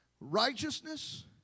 Righteousness